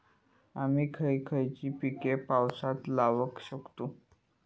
आम्ही खयची खयची पीका पावसात लावक शकतु?